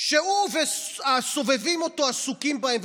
שהוא והסובבים אותו עסוקים בהם.